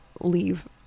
leave